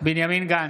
בנימין גנץ,